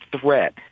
threat